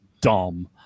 dumb